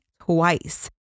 twice